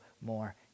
more